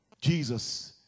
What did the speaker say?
Jesus